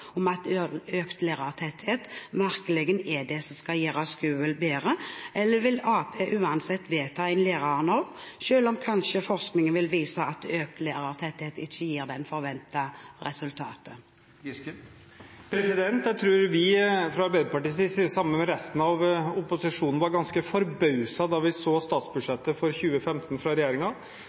om at økt lærertetthet virkelig er det som skal gjøre skolen bedre, eller om Arbeiderpartiet uansett vil vedta en lærernorm, selv om forskningen kanskje vil vise at økt lærertetthet ikke gir det forventede resultatet. Jeg tror vi fra Arbeiderpartiets side, sammen med resten av opposisjonen, var ganske forbauset da vi så statsbudsjettet for 2015 fra